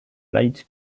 light